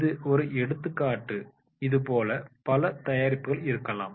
இது ஒரு எடுத்துக்காட்டு இதுபோல பல தயாரிப்புகள் இருக்கலாம்